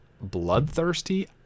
bloodthirsty